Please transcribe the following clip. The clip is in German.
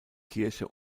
kirche